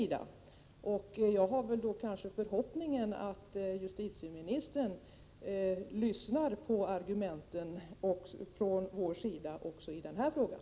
Min förhoppning är att justitieministern lyssnar på våra argument även i den här frågan.